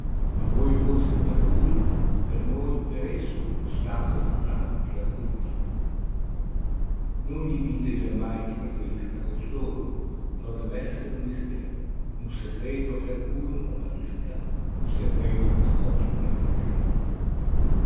ma voi foste per lui per noi per esso l'ostacolo fatal che la colpì non gli dite giammai che preferisca costoro ciò debb'essere un mister un secreto che altrui non apparisca un secreto nascosto nel pensier